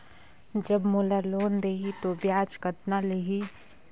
जब मोला लोन देही तो ब्याज कतना लेही?